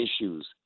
issues